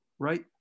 right